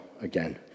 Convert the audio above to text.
again